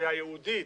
לאוכלוסייה ייעודית,